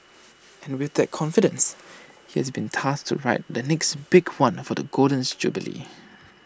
and with that confidence he has been tasked to write the next big one for the golden jubilee